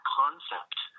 concept